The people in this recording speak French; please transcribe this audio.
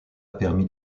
permis